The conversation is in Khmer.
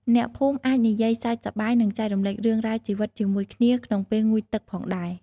អ្នកភូមិអាចនិយាយ សើចសប្បាយ និងចែករំលែករឿងរ៉ាវជីវិតជាមួយគ្នាក្នុងពេលងូតទឹកផងដែរ។